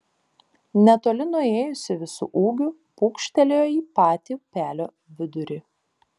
netoli nuėjusi visu ūgiu pūkštelėjo į patį upelio vidurį